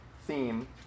theme